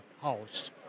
house